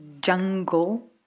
jungle